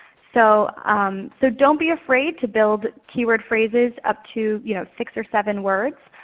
so so don't be afraid to build keyword phrases up to you know six or seven words.